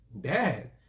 Dad